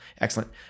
excellent